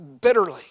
bitterly